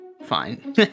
fine